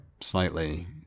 slightly